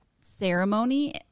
ceremony